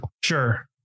sure